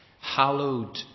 hallowed